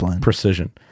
precision